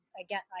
again